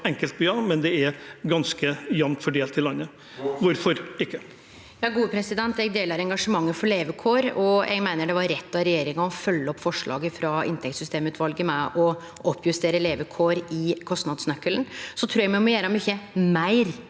seg om enkeltbyer, men som er ganske jevnt fordelt i landet. Hvorfor ikke? Lene Vågslid (A) Eg deler engasjementet for levekår, og eg meiner det var rett av regjeringa å følgje opp forslaget frå inntektssystemutvalet med å oppjustere levekår i kostnadsnøkkelen. Så trur eg me må gjere mykje meir